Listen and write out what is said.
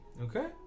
Okay